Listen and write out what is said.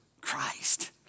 Christ